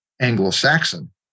Anglo-Saxon